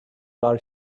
are